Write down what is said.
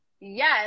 Yes